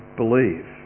believe